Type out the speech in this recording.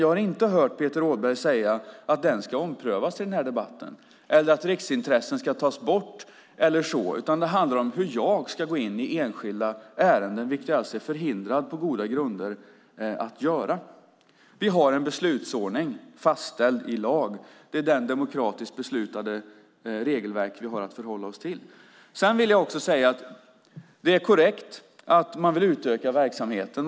Jag har inte hört Peter Rådberg säga i den här debatten att den ska omprövas, att riksintressen ska tas bort eller så. Det handlar om hur jag ska gå in i enskilda ärenden, vilket jag på goda grunder är förhindrad att göra. Vi har en beslutsordning fastställd i lag. Det är det demokratiskt beslutade regelverk vi har att förhålla oss till. Det är korrekt att man vill utöka verksamheten.